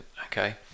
okay